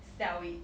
sell it